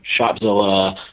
Shopzilla